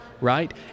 right